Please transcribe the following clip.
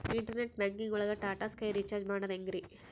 Internet banking ಒಳಗ್ Tata Sky recharge ಮಾಡದ್ ಹೆಂಗ್ರೀ?